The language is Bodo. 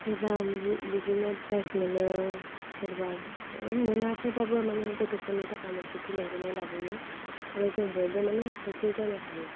सोरबा बिदिनो फ्राइस मोनो सोरबा मोना थेउबाबो मानि गथ'फोरनि थाखाय मोनसे थुलुंगानाय लाबोयो आरो जों बयबो माने खौसे जानो हायो